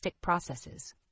processes